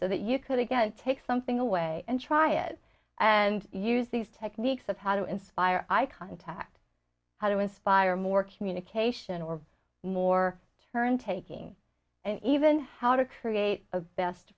so that you could again take something away and try it and use these techniques of how to inspire i contact how to inspire more communication or more turn taking and even how to create a best